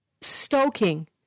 stoking